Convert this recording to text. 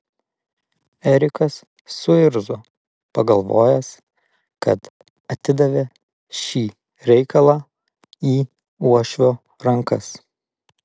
erikas suirzo pagalvojęs kad atidavė šį reikalą į uošvio rankas